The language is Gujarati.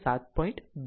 6 j 7